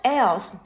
else